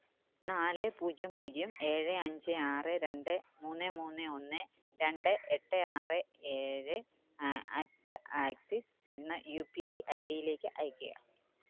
നാല് പൂജ്യം പൂജ്യം ഏഴ് അഞ്ച് ആറ് രണ്ട് മൂന്ന് മൂന്ന് ഒന്ന് രണ്ട് എട്ട് ആറ് ഏഴ് അറ്റ് ദ ആക്സിസ് എന്ന യു പി ഐ ഐ ഡിയിലേക്ക് അയയ്ക്ക്ക